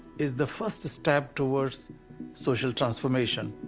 is the first step towards social transformation